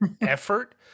effort